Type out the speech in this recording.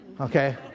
okay